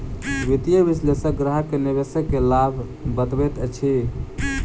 वित्तीय विशेलषक ग्राहक के निवेश के लाभ बतबैत अछि